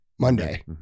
Monday